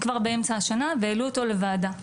כבר באמצע השנה והעלו אותו לוועדה,